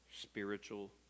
spiritual